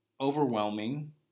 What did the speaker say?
overwhelming